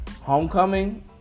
Homecoming